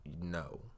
no